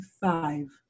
five